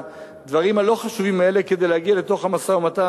הדברים הלא-חשובים האלה כדי להגיע לתוך המשא-ומתן,